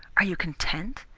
are you content?